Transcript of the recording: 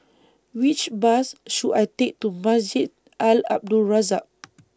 Which Bus should I Take to Masjid A L Abdul Razak